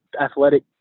athletic